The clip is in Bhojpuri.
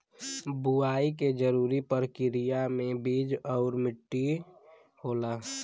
बुवाई के जरूरी परकिरिया में बीज आउर मट्टी होला